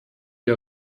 ihr